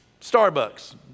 starbucks